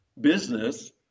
business